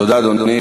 תודה, אדוני.